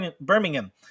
Birmingham